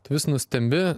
tu vis nustembi